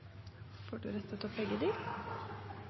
får mulighet til å